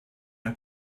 ein